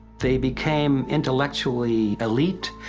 they became intellectually elite,